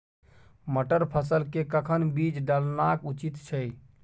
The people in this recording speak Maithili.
मटर फसल के कखन बीज डालनाय उचित छै?